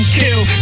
kill